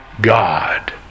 God